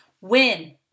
Win